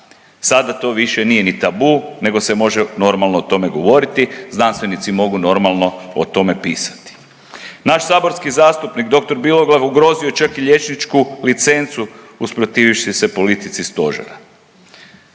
Sada to više nije ni tabu, nego se može normalno o tome govoriti. Znanstvenici mogu normalno o tome pisati. Naš saborski zastupnik dr. Biloglav ugrozio je čak i liječničku licencu usprotivivši se politici Stožera.